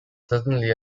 certainly